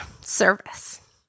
service